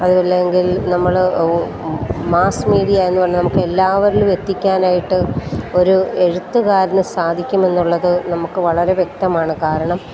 അതുമല്ലെങ്കിൽ നമ്മൾ mass media എന്നു പറഞ്ഞാൽ നമ്മൾക്കെല്ലാവരിലും എത്തിക്കാനായിട്ട് ഒരു എഴുത്തുകാരന് സാധിക്കുമെന്നുള്ളത് നമുക്ക് വളരെ വ്യക്തമാണ് കാരണം